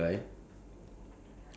the bad guy on Thanos